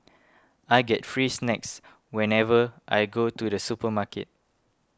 I get free snacks whenever I go to the supermarket